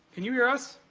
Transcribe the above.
can you hear us?